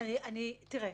זה נכון